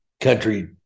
country